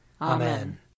Amen